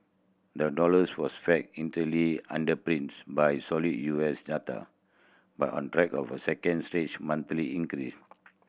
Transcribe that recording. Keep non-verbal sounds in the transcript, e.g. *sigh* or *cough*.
the dollar *unintelligible* was flat initially underpinned by solid U S data but on track of a second straight monthly increase